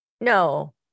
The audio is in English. no